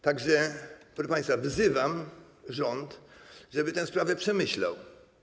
Tak że, proszę państwa, wzywam rząd, żeby tę sprawę przemyślał.